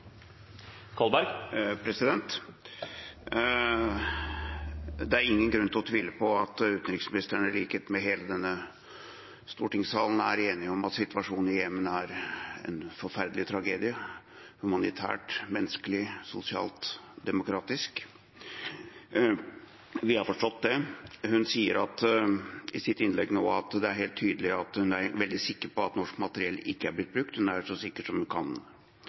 Det er ingen grunn til å tvile på at utenriksministeren, i likhet med hele denne stortingssalen, er enig i at situasjonen i Jemen er en forferdelig tragedie – humanitært, menneskelig, sosialt og demokratisk. Vi er fortsatt det. Og i hennes innlegg nå er hun helt tydelig veldig sikker på at norsk materiell ikke er blitt brukt. Hun er så sikker som hun kan.